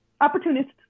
opportunists